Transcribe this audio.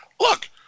look